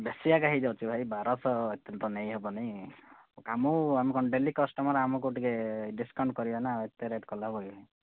ବେଶି ଏକା ହେଇ ଯାଉଛି ଭାଇ ବାରଶହ ଏତିକି ତ ନେଇହେବନି ଆମ କ'ଣ ଡେଲି କଷ୍ଟମର୍ ଆମକୁ ଟିକିଏ ଡିସ୍କାଉଣ୍ଟ କରିବେ ନା ଏତେ ରେଟ୍ କଲେ ହେବକି